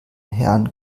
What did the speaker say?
herrn